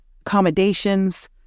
accommodations